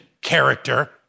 character